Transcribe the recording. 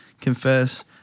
confess